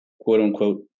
quote-unquote